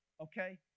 okay